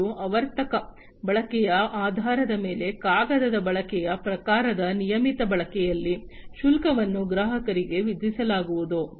ಮತ್ತು ಆವರ್ತಕ ಬಳಕೆಯ ಆಧಾರದ ಮೇಲೆ ಕಾಗದದ ಬಳಕೆಯ ಪ್ರಕಾರದ ನಿಯಮಿತ ಬಳಕೆಯಲ್ಲಿ ಶುಲ್ಕವನ್ನು ಗ್ರಾಹಕರಿಗೆ ವಿಧಿಸಲಾಗುವುದು